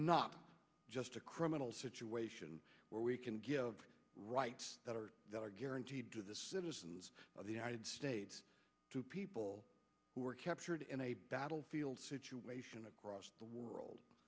not just a criminal situation where we can give right that are guaranteed to the citizens of the united states to people who are captured in a battlefield situation across the world